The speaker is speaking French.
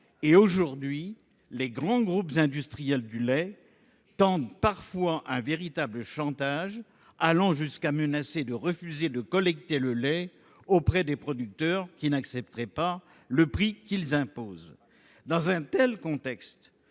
Aujourd’hui, certains grands groupes industriels du secteur se livrent à un véritable chantage, allant jusqu’à menacer de refuser de collecter le lait auprès des producteurs qui n’accepteraient pas le prix qu’ils imposent. Dans un tel contexte,